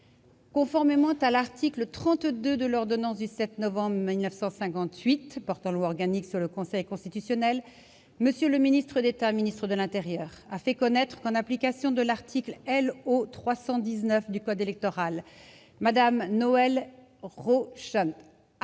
Conformément à l'article 32 de l'ordonnance n° 58-1067 du 7 novembre 1958 portant loi organique sur le Conseil constitutionnel, M. le ministre d'État, ministre de l'intérieur, a fait connaître qu'en application de l'article LO 319 du code électoral Mme Noëlle Rauscent